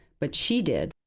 but she did.